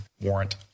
warrant